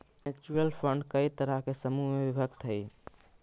mutual fund कई तरह के समूह में विभक्त हई